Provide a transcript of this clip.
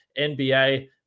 NBA